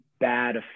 bad